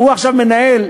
ויגידו,